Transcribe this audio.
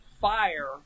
fire